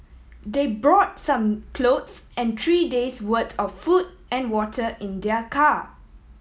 they brought some clothes and three days' worth of food and water in their car